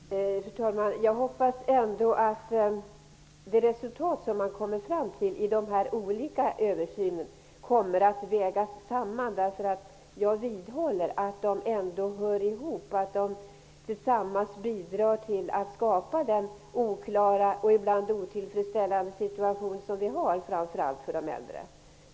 Fru talman! Jag hoppas ändå att resultaten av de olika översynerna kommer att vägas samman. Jag vidhåller att frågorna hör ihop och att de tillsammans bidrar till att skapa den oklara och ibland otillfredsställande situationen för framför allt de äldre.